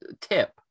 tip